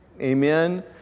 Amen